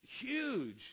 huge